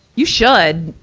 you should,